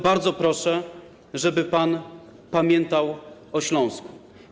Bardzo proszę, żeby pan pamiętał o Śląsku.